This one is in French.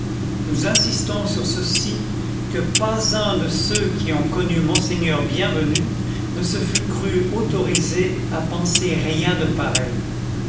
nous insistons sur ceci que pas un de ceux qui ont connu monseigneur bienvenu ne se fût cru autorisé à penser rien de pareil